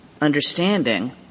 understanding